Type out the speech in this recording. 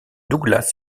douglas